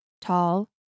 tall